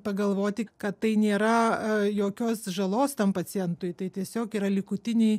pagalvoti kad tai nėra jokios žalos tam pacientui tai tiesiog yra likutiniai